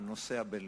זה הנושא הבין-לאומי.